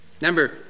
number